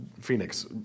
Phoenix